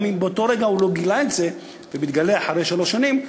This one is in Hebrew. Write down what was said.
גם אם באותו רגע הוא לא גילה את זה וזה מתגלה אחרי שלוש שנים,